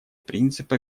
принципа